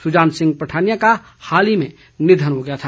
सुजान सिंह पठानिया का हाल ही में निधन हो गया था